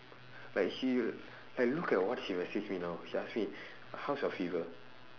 like she like look at what she message me now she ask me how's your fever